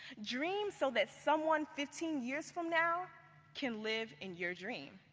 dream so that someone fifteen years from now can live in your dream.